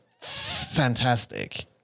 fantastic